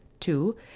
Two